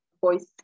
voice